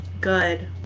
Good